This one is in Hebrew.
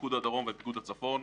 פיקוד הדרום ופיקוד הצפון,